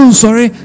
sorry